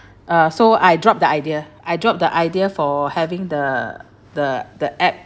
uh so I dropped the idea I dropped the idea for having the the the app